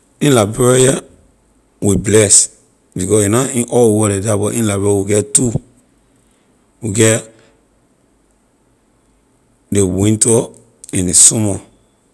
In liberia here we bless because a na in all over leh dah but in liberia we get two we get ley winter and ley summer.